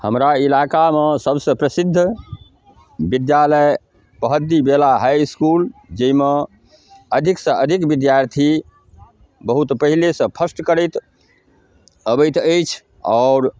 हमरा इलाकामे सबसे प्रसिद्ध विद्यालय तहद्दी बेला हाइ इसकुल जाहिमे अधिक से अधिक विद्यार्थी बहुत पहिले से फर्स्ट करैत अबैत अछि आओर